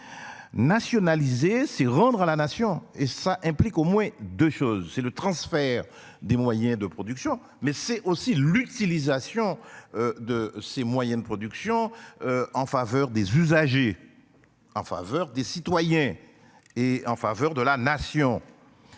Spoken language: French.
Nationaliser, c'est rendre à la nation et ça implique au moins 2 choses. C'est le transfert des moyens de production mais c'est aussi l'utilisation. De ces moyens de production. En faveur des usagers. En faveur des citoyens. Et en faveur de la nation.